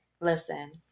Listen